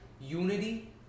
Unity